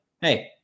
hey